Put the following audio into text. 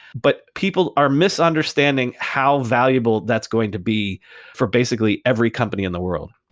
but people are misunderstanding how valuable that's going to be for basically every company in the world.